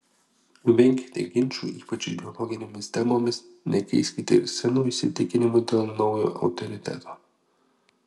venkite ginčų ypač ideologinėmis temomis nekeiskite ir senų įsitikinimų dėl naujo autoriteto